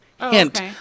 Hint